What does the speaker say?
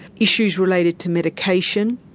issues related to medication,